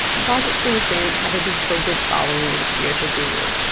bhagat singh thind had a devoted following as a spiritual guru.